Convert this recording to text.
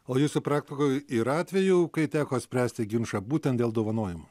o jūsų praktikoje yra atvejų kai teko spręsti ginčą būtent dėl dovanojimo